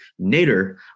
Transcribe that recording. Nader